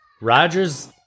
Rodgers